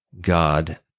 God